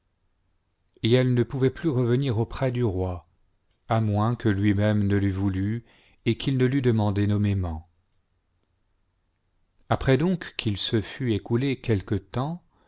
et elle ne pouvait plus revenir auprès du roi à moins que lui-même ne le voulût et qu'il ne lui demandait niment après donc qu'il se fut écoulé quelque temps